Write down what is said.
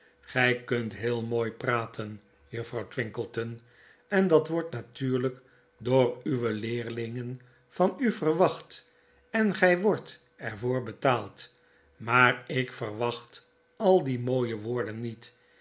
gy kunt heel mooi praten juffrouw twinkleton en dat wordt natuurlyk door uwe leerlingen van u verwacht en gij wordt er voor betaald maar ik verwacht al die mooie woorden niet